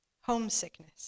homesickness